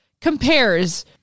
compares